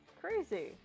crazy